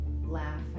laugh